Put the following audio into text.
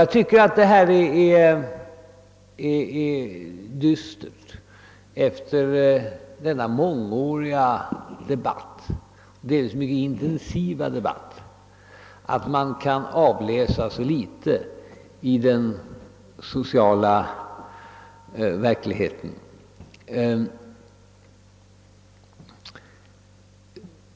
Jag tycker att det är dystert att man kan avläsa så litet av den mångåriga och delvis mycket intensiva debatten i den sociala verkligheten.